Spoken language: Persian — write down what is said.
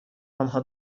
آنها